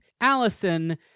Allison